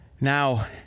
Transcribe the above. Now